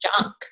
junk